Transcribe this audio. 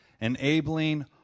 enabling